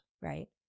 right